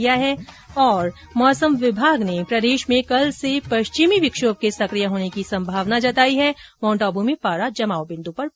ं मौसम विभाग ने प्रदेश में कल से पश्चिमी विक्षोभ के सक्रिय होने की संभावना जताई माउन्टआबू में पारा जमाव बिन्दू पर पहुंचा